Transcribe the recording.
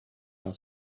não